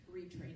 retraining